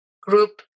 group